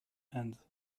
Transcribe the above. and